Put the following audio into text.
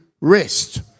rest